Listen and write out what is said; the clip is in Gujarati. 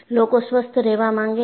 લોકો સ્વસ્થ રહેવા માંગે છે